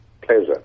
pleasure